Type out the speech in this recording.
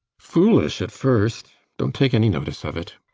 foolish at first. dont take any notice of it.